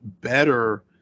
better